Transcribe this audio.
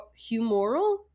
humoral